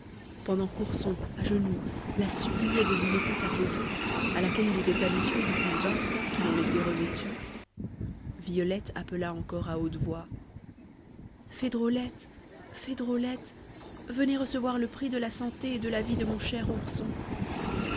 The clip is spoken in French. pendant qu'ourson à genoux la suppliait de lui laisser sa peau d'ours à laquelle il était habitué depuis vingt ans qu'il en était revêtu violette appela encore à haute voix fée drôlette fée drôlette venez recevoir le prix de la santé et de la vie de mon cher ourson